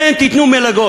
כן, תיתנו מלגות.